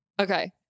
Okay